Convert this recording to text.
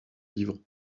vivre